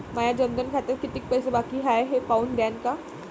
माया जनधन खात्यात कितीक पैसे बाकी हाय हे पाहून द्यान का?